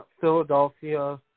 Philadelphia